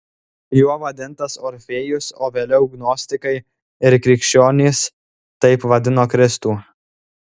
juo vadintas orfėjus o vėliau gnostikai ir krikščionys taip vadino kristų